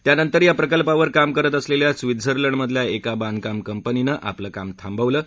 त्यानंतर या प्रकल्पावर काम करत असलेल्या स्वित्झर्लंडमधल्या एका बांधकाम कंपनीनं आपलं काम थांबवलं आहे